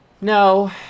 No